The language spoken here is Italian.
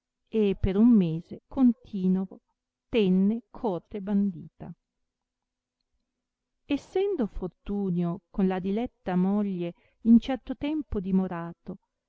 e per un mese continovo tenne corte bandita essendo fortunio con la diletta moglie un certo tempo dimorato